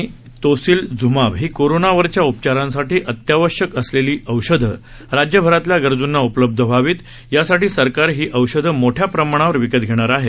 remdesivir आणि tocilizumab ही कोरोनावरच्या उपचारांसाठी अत्यावश्यक असलेली औषधं राज्यभरातल्या गरजूंना उपलब्ध व्हावीत यासाठी सरकार ही औषधं मोठ्या प्रमाणावर विकत घेणार आहे